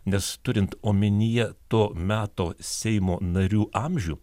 nes turint omenyje to meto seimo narių amžių